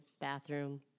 bathroom